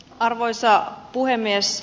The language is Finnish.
arvoisa puhemies